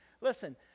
Listen